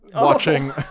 watching